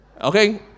okay